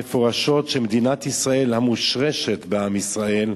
הוא אמר מפורשת שמדינת ישראל, המושרשת בעם ישראל,